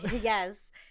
Yes